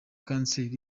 cancer